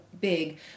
big